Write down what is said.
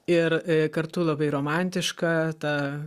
ir kartu labai romantiška ta